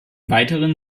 weiteren